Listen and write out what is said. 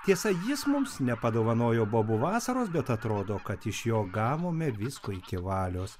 tiesa jis mums nepadovanojo bobų vasaros bet atrodo kad iš jo gavome visko iki valios